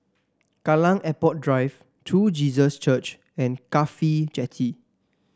Kallang Airport Drive True Jesus Church and CAFHI Jetty